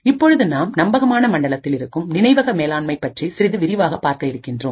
இப்பொழுது நாம் நம்பகமான மண்டலத்தில் இருக்கும் நினைவக மேலாண்மை பற்றி சிறிது விரிவாக பார்க்க இருக்கின்றோம்